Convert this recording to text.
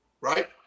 right